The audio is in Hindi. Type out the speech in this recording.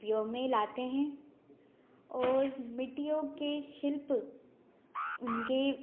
उपयोग में लाते हैं और मिट्टियों के शिल्प उनके